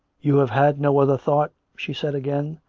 you have had no other thought? she said again,